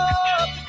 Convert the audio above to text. up